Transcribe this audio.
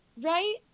Right